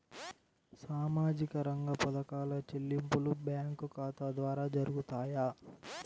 సామాజిక రంగ పథకాల చెల్లింపులు బ్యాంకు ఖాతా ద్వార జరుగుతాయా?